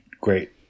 great